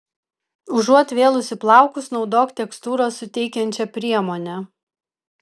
užuot vėlusi plaukus naudok tekstūros suteikiančią priemonę